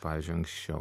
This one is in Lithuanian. pavyzdžiui anksčiau